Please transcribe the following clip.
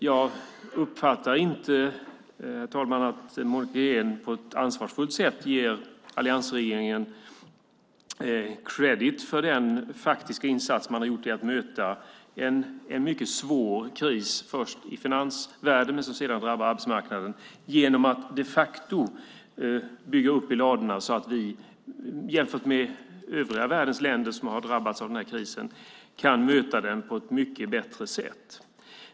Jag uppfattar inte att Monica Green på ett ansvarsfullt sätt ger alliansregeringen kredit för den faktiska insats man har gjort för att möta en mycket svår kris, som började i finansvärlden och sedan drabbade arbetsmarknaden, genom att samla i ladorna så att vi kan möta krisen mycket bättre än övriga länder i världen.